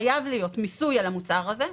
חייב להיות מיסוי על המוצר הזה,